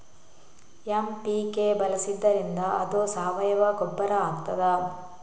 MPK ಬಳಸಿದ್ದರಿಂದ ಅದು ಸಾವಯವ ಗೊಬ್ಬರ ಆಗ್ತದ?